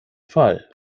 fall